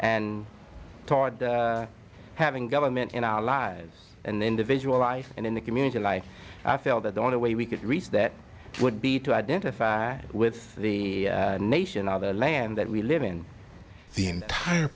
toward having government in our lives and individual life and in the community life i felt that the only way we could reach that would be to identify with the nation of the land that we live in the entire